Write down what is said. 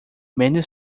many